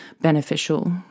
beneficial